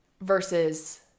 versus